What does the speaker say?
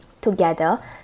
Together